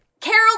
Carol